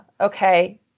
okay